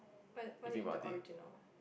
what what you mean the original